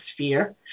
sphere